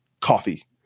coffee